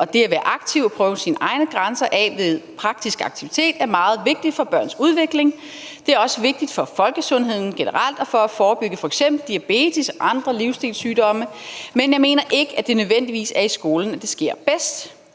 og det at være aktiv og prøve sine egne grænser af ved praktisk aktivitet er meget vigtigt for børns udvikling. Det er også vigtigt for folkesundheden generelt og for at forebygge f.eks. diabetes og andre livsstilssygdomme, men jeg mener ikke, det nødvendigvis er i skolen, det sker bedst.